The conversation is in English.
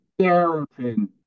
Therapin